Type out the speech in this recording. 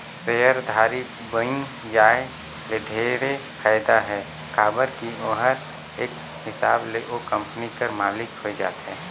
सेयरधारी बइन जाये ले ढेरे फायदा हे काबर की ओहर एक हिसाब ले ओ कंपनी कर मालिक होए जाथे